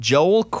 Joel